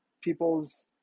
people's